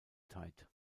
tight